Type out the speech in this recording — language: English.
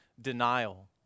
denial